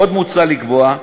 עוד מוצע לקבוע,